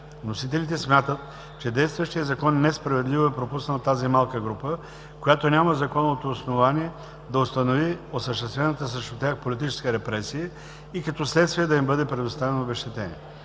Вносителите смятат, че действащият закон несправедливо е пропуснал тази малка група, която няма законовото основание да установи осъществената срещу тях политическа репресия и като следствие да им бъде предоставено обезщетение.